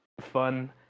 fun